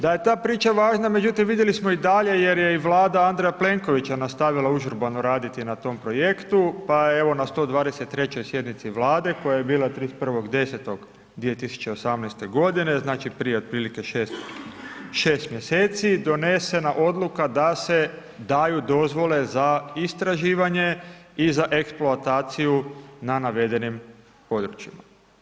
Da je ta priča važna međutim vidjeli smo i dalje jer je i Vlada Andreja Plenkovića nastavila užurbano raditi na tom projektu, pa evo na 123. sjednici Vlade koja je bila 31.10.2018.g., znači, prije otprilike 6 mjeseci, donesena odluka da se daju dozvole za istraživanje i za eksploataciju na navedenim područjima.